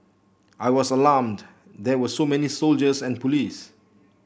I was alarmed there were so many soldiers and police